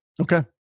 Okay